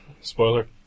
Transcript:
Spoiler